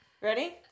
ready